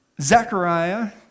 Zechariah